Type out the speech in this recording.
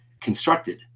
constructed